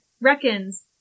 reckons